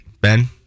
Ben